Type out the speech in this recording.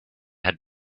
had